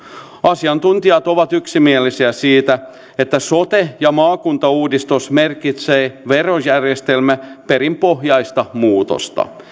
asiantuntijat ovat yksimielisiä siitä että sote ja maakuntauudistus merkitsee verojärjestelmän perinpohjaista muutosta